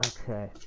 Okay